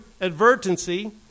advertency